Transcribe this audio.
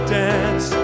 dance